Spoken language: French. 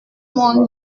mon